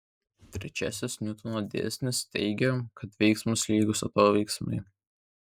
trečiasis niutono dėsnis teigia kad veiksmas lygus atoveiksmiui